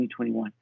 2021